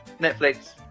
Netflix